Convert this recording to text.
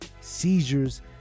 seizures